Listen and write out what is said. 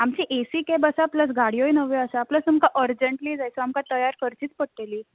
आमची A C cab आसा plus गाड्योय नवयोच आसा प्लस तुमकां अर्जंटली जाय सो आमकां तयार करचीच पडटली